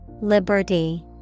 Liberty